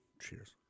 Cheers